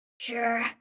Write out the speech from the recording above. Sure